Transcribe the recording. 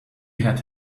had